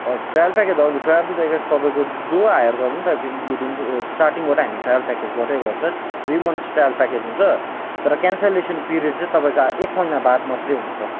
हजुर trial package हजुर package तपाईँको जो हायर गर्दा पनि तपाईँको इन्क्लुडिङ टू स्टार्टिङबाट हामी ट्रायल प्याकेजबाटै गर्छ थ्री मन्थस् ट्रायल प्याकेज हुन्छ तर क्यान्सलेसन पिरियड चाहिँ तपाईँको एक महिना बाद मात्रै हुन्छ